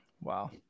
wow